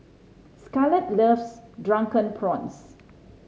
Scarlet loves Drunken Prawns